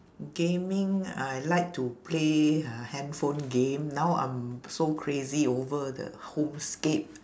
gaming I like to play uh handphone game now I'm so crazy over the homescape